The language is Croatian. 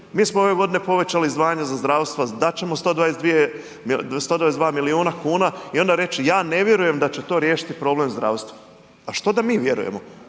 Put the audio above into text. mi smo ove godine povećali izdvajanja za zdravstvo, dati ćemo 122 milijuna kuna i onda reći ja ne vjerujem da će to riješiti problem zdravstva. A što da mi vjerujemo?